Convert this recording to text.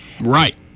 right